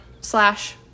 slash